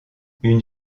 une